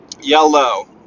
Yellow